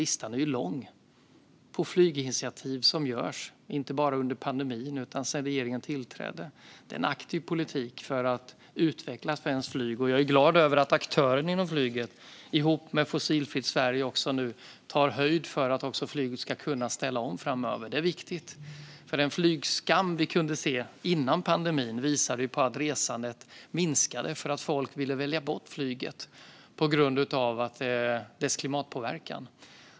Listan är lång på flyginitiativ som har gjorts inte bara under pandemin utan sedan regeringen tillträdde. Det är en aktiv politik för att utveckla svenskt flyg. Och jag är glad över att aktörer inom flyget tillsammans med Fossilfritt Sverige nu tar höjd för att också flyget ska kunna ställa om framöver. Det är viktigt. Den flygskam som vi kunde se före pandemin visade att resandet minskade för att folk ville välja bort flyget på grund av dess klimatpåverkan.